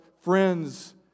friends